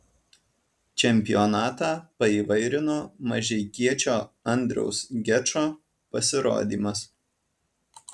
čempionatą paįvairino mažeikiečio andriaus gečo pasirodymas